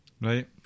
Right